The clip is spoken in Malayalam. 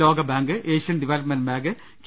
ലോക bank Asian Development Bank K